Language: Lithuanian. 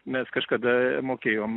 mes kažkada mokėjom